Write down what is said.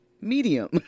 medium